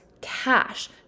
cash